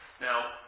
Now